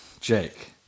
Jake